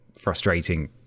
frustrating